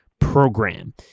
program